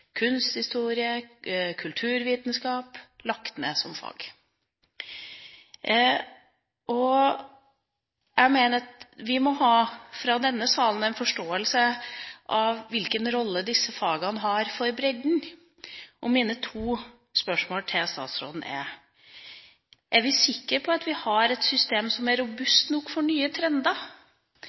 kunsthistorie, kulturvitenskap lagt ned som fag. Jeg mener at vi, i denne salen, må ha en forståelse for hvilken rolle disse fagene har for bredden. Mine to spørsmål til statsråden er da: Er vi sikre på at vi har et system som er robust nok for nye trender?